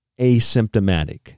asymptomatic